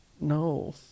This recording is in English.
no